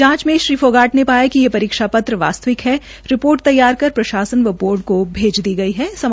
जांच में श्री फोगाट ने पाया कि ये परीक्षा पत्र वास्तविक ह रिपोर्ट को लेकर प्रशासन व बोर्ड को भेज दी गड्ड